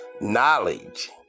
knowledge